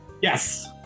Yes